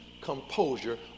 composure